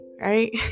right